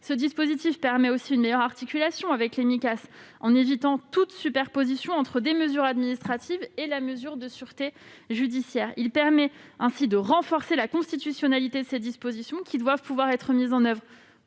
Ce dispositif permet aussi une meilleure articulation avec les Micas, en évitant toute superposition des mesures administratives avec la mesure de sûreté judiciaire. Il conduit ainsi à renforcer la constitutionnalité de ces dispositions, qui doivent pouvoir être mises en oeuvre